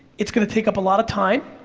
it's gonna take up a lot of time,